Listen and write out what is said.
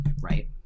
Right